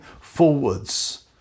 forwards